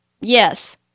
Yes